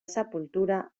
sepultura